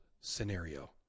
scenario